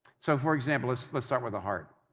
so, for example, let's let's start with the heart.